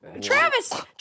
Travis